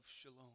shalom